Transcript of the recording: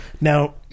Now